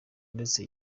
ndetse